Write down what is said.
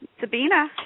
Sabina